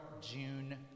June